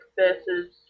versus